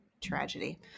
tragedy